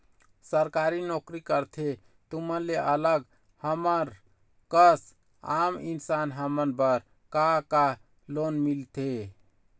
सरकारी नोकरी करथे तुमन ले अलग हमर कस आम इंसान हमन बर का का लोन मिलथे?